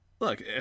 Look